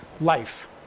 life